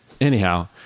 Anyhow